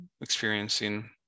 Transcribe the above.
experiencing